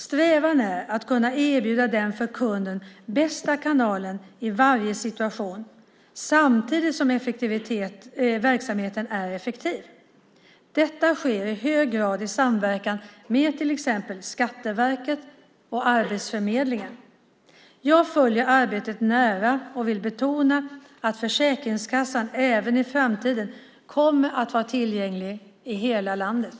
Strävan är att kunna erbjuda den för kunden bästa kanalen i varje situation samtidigt som verksamheten är effektiv. Detta sker i hög grad i samverkan med till exempel Skatteverket och Arbetsförmedlingen. Jag följer arbetet nära och vill betona att Försäkringskassan även i framtiden kommer att vara tillgänglig i hela landet.